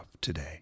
today